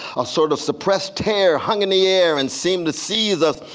a sort of suppressed tear hung in the air and seemed to seize us.